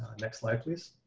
next slide please.